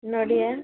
ନଡ଼ିଆ